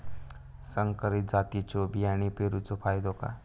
संकरित जातींच्यो बियाणी पेरूचो फायदो काय?